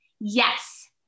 Yes